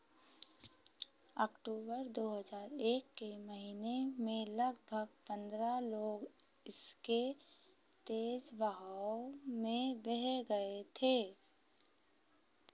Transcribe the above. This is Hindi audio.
अक्टूबर दो हज़ार एक के महीने में लगभग पंद्रह लोग इसके तेज़ बहाव में बह गए थे